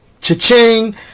Cha-ching